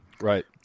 Right